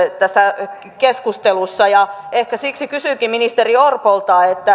tässä keskustelussa ehkä siksi ministeri orpolle